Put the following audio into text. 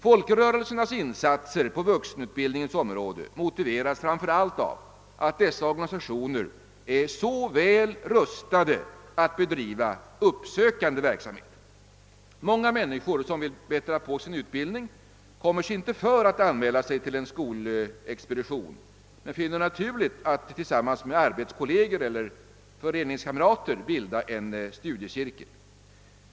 Folkrörelsernas insatser på vuxenutbildningens område motiveras framför allt av att dessa organisationer är så väl rustade att bedriva uppsökande verksamhet. Många människor som vill bättra på sin utbildning kommer sig inte för att anmäla sig till en skolexpedition men finner det naturligt att tillsammans med = arbetskolleger eller föreningskamrater bilda en studiecirkel.